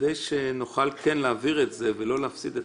כדי שנוכל להעביר זאת ולא להפסיד את